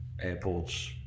airports